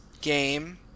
game